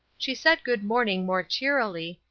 she said good-morning more cheerily,